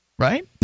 Right